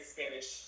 Spanish